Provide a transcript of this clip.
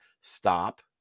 stop